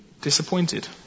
disappointed